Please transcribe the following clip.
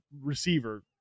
receiver –